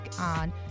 on